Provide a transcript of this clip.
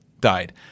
died